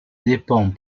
dépend